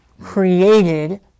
created